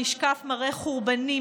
נשקף מראה חורבני,